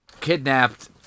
kidnapped